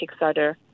Kickstarter